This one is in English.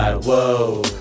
Whoa